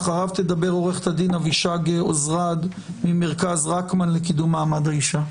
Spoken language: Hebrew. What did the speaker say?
לאחריו תדבר עו"ד אבישג עוזרד ממרכז רקמן לקידום מעמד האישה.